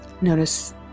Notice